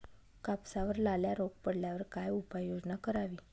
कापसावर लाल्या रोग पडल्यावर काय उपाययोजना करावी?